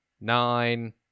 nine